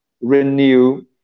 renew